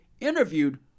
interviewed